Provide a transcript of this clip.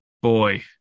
Boy